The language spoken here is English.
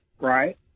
Right